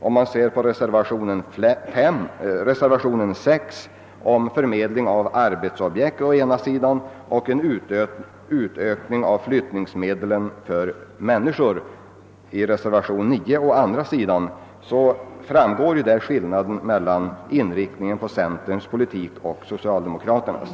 Om man ser på reservationen 6 om förmedling av arbetsobjekt å ena sidan och reservationen 9 om medelsberäkning för flyttningsbidrag å andra sidan, upptäcker man ju skillnaden i inriktning mellan centerns politik och socialdemokraternas.